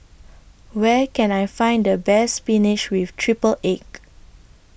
Where Can I Find The Best Spinach with Triple Egg